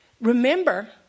remember